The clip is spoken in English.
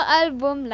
album